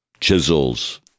chisels